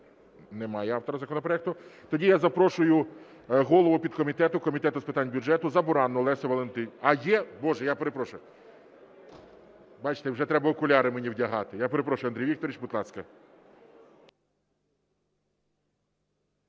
Немає автора законопроекту. Тоді я запрошую голову підкомітету Комітету з питань бюджету Забуранну Лесю Валентинівну… А, є? Боже, я перепрошую. Бачте, вже треба окуляри мені вдягати. Я перепрошую, Андрій Вікторович, будь ласка.